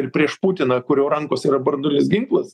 ir prieš putiną kurio rankose yra branduolinis ginklas